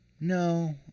No